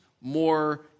more